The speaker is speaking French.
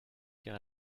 car